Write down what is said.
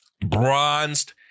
bronzed